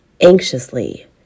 anxiously